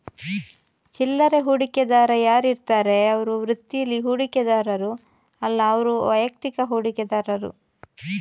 ಚಿಲ್ಲರೆ ಹೂಡಿಕೆದಾರ ಯಾರಿರ್ತಾರೆ ಅವ್ರು ವೃತ್ತೀಲಿ ಹೂಡಿಕೆದಾರರು ಅಲ್ಲ ಅವ್ರು ವೈಯಕ್ತಿಕ ಹೂಡಿಕೆದಾರರು